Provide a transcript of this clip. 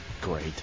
Great